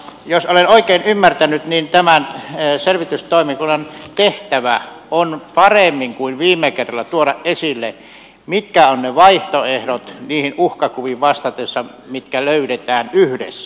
jos olen oikein ymmärtänyt niin tämän selvitystoimikunnan tehtävä on paremmin kuin viime kerralla tuoda esille mitkä ovat ne vaihtoehdot vastatessa niihin uhkakuviin jotka löydetään yhdessä